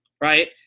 right